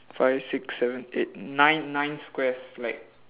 five six seven eight nine nine squares like